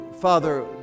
Father